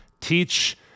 teach